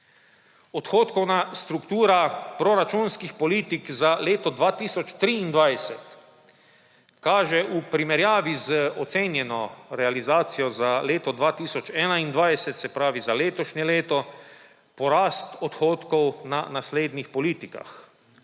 Odhodkovna struktura proračunskih politik za leto 2023 kaže v primerjavi z ocenjeno realizacijo za leto 2021, se pravi za letošnje leto, porast odhodkov na naslednjih politikah.